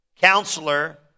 counselor